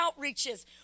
outreaches